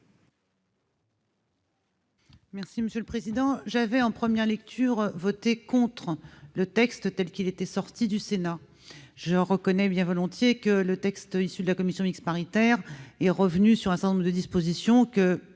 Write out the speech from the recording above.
explication de vote. J'avais en première lecture voté contre le texte tel qu'il était issu du Sénat. Je reconnais bien volontiers que le texte de la commission mixte paritaire revient sur un certain nombre de dispositions que